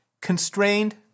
Constrained